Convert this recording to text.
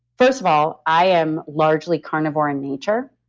first of all, i am largely carnivore in nature.